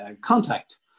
contact